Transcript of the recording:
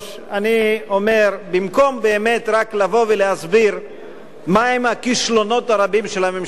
אני אומר: במקום באמת רק לבוא ולהסביר מהם הכישלונות הרבים של הממשלה,